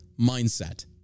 mindset